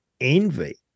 envy